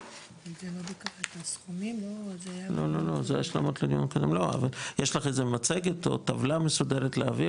לא, אבל יש לך איזה מצגת, או טבלה מסודרת להעביר?